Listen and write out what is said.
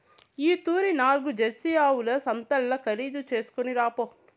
ఈ తూరి నాల్గు జెర్సీ ఆవుల సంతల్ల ఖరీదు చేస్కొని రాపో